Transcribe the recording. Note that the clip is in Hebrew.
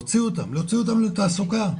להוציא אותם לתעסוקה,